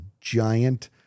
giant